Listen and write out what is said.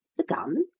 the gun!